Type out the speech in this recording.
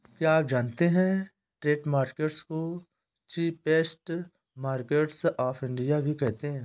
क्या आप जानते है स्ट्रीट मार्केट्स को चीपेस्ट मार्केट्स ऑफ इंडिया भी कहते है?